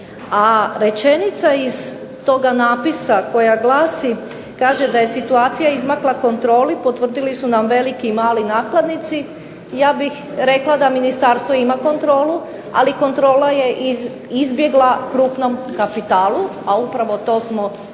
a rečenica iz toga napisa koja glasi kaže da je situacija izmakla kontroli potvrdili su nam veliki i mali nakladnici, i ja bih rekla da Ministarstvo ima kontrolu ali kontrola je izbjegla krupnom kapitalu, a to smo i htjeli